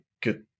good